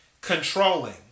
controlling